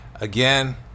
Again